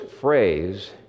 phrase